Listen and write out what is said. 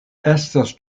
estas